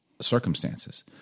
circumstances